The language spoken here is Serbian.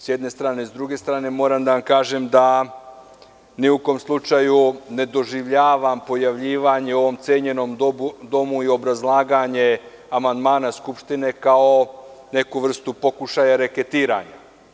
S druge strane, moram da vam kažem da ni u kom slučaju ne doživljavam pojavljivanje u ovom cenjenom domu i obrazlaganje amandmana skupštine kao neku vrstu pokušaja reketiranja.